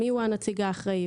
מיהו הנציג האחראי.